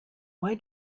why